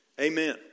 Amen